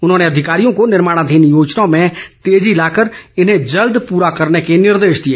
उन्होंने अधिकारियों को निर्माणाधीन योजनाओं में तेजी लाकर इन्हें जल्द पूरा करने के निर्देश दिए